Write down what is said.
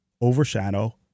overshadow